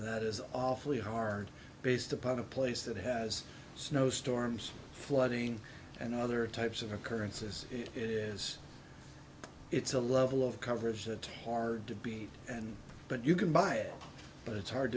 that is awfully hard based upon a place that has snowstorms flooding and other types of occurrences is it's a level of coverage that tard to beat and but you can buy it but it's hard